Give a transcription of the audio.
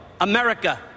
America